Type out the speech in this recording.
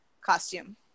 costume